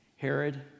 Herod